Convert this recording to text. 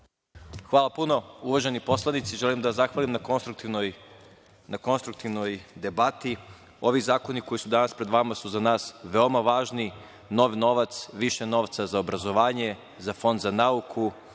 Hvala mnogo. Uvaženi poslanici, želim da vam zahvalim na konstruktivnoj debati. Ovi zakoni koji su danas pred vama su za nas veoma važni, nov novac, više novca za obrazovanje, za Fond za nauku,